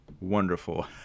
wonderful